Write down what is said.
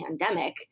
pandemic